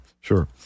sure